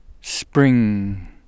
spring